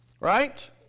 Right